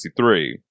1963